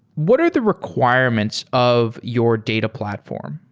what are the requirements of your data platform?